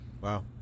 Wow